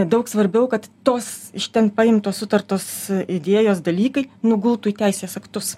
daug svarbiau kad tos iš ten paimtos sutartos idėjos dalykai nugultų į teisės aktus